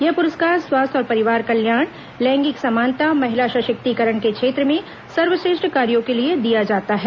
यह पुरस्कार स्वास्थ्य और परिवार कल्याण लैंगिक समानता महिला सशक्तिकरण के क्षेत्र में सर्वश्रेष्ठ कार्यों के लिए दिया जाता है